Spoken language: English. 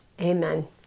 Amen